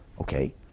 Okay